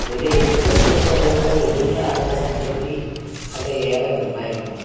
ഒരു എഴുത്ത് എന്നു പറയുമ്പോൾ എഴുതുന്ന ആളുടെ സംതൃപ്തി അവിടെ ഏറെ നിർണ്ണായകമാണ്